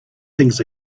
things